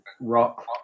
rock